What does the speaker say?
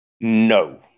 no